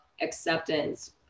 acceptance